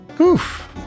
Oof